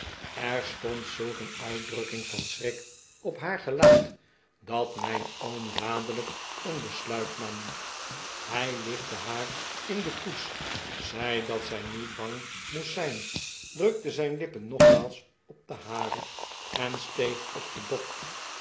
er stond zulk een uitdrukking van schrik op haar gelaat dat mijn oom dadelijk een besluit nam hij lichtte haar in de koets zei dat zij niet bang moest zijn drukte zijn lippen nogmaals op de hare en steeg op den bok